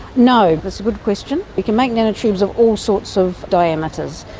no. that's a good question. you can make nanotubes of all sorts of diameters.